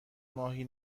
ماهی